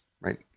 Right